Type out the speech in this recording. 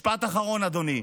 משפט אחרון, אדוני.